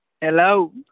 Hello